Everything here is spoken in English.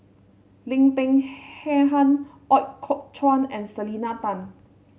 Lim Peng Han Ooi Kok Chuen and Selena Tan